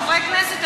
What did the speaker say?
חברי הכנסת,